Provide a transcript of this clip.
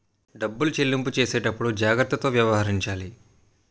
డబ్బులు చెల్లింపు చేసేటప్పుడు జాగ్రత్తతో వ్యవహరించాలి